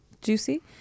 juicy